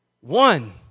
One